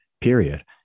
period